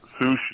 Sushi